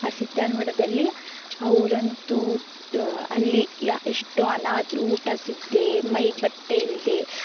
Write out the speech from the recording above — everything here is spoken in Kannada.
ಆ ಸಿದ್ಧಾರಮಠದಲ್ಲಿ ಅವರಂತೂ ಅಲ್ಲಿ ಯಾ ಎಷ್ಟೋ ಅನಾಥರು ಊಟ ಸಿಗದೇ ಮೈಗೆ ಬಟ್ಟೆ ಇಲ್ಲದೆ